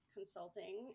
Consulting